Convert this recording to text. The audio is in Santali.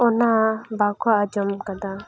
ᱚᱱᱟ ᱵᱟᱠᱚ ᱟᱡᱚᱢ ᱠᱟᱫᱟ